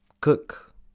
Cook